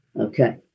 Okay